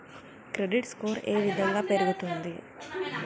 Credit score ఏ విధంగా పెరుగుతుంది?